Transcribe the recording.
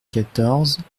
quatorze